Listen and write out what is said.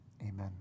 amen